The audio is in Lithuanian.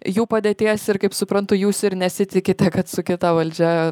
jų padėties ir kaip suprantu jūs ir nesitikite kad su kita valdžia